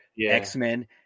X-Men